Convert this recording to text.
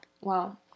Wow